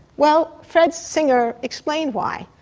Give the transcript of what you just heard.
well, fred singer explained why.